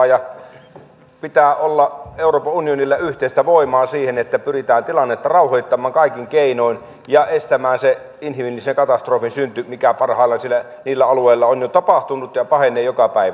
euroopan unionilla pitää olla yhteistä voimaa siihen että pyritään tilannetta rauhoittamaan kaikin keinoin ja estämään se inhimillisen katastrofin synty mikä parhaillaan siellä niillä alueilla on jo tapahtunut ja pahenee joka päivä